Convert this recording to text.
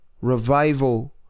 revival